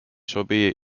sobi